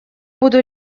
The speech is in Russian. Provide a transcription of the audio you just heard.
буду